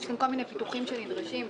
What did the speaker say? יש כל מיני פיתוחים שנדרשים.